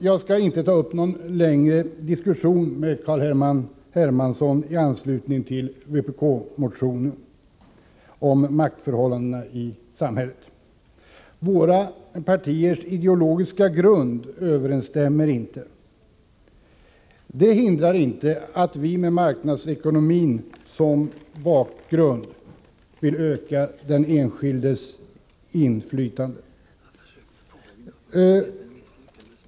Jag skall inte ta upp någon längre diskussion med Carl Henrik Hermansson i anslutning till vpk-motionen om maktförhållandena i samhället. Våra partiers ideologiska grund överensstämmer inte. Det hindrar inte att vi i folkpartiet på marknadsekonomins grund vill öka den enskildes inflytande.